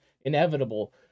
inevitable